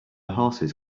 horses